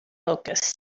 focus